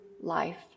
life